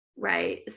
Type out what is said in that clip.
right